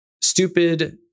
stupid